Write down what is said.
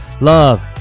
love